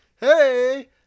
Hey